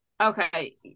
Okay